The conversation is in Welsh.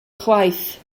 chwaith